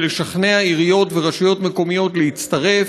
לשכנע עיריות ורשויות מקומיות להצטרף.